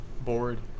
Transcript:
bored